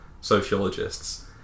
sociologists